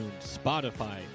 spotify